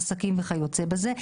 מעסקים וכיוצא בזה,